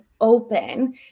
open